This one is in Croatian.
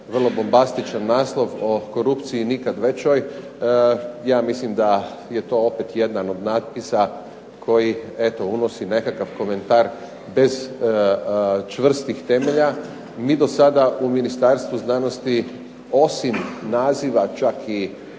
vrlo bombastičan naslov o korupciji nikada većoj, ja mislim da je to opet jedan od natpisa koji unosi nekakav komentar bez čvrstih temelja. MI do sada u Ministarstvu znanosti, osim naziva čak i